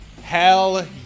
Hell